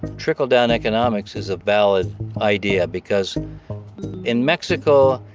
trickle-down economics is a valid idea, because in mexico,